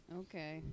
okay